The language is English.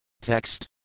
Text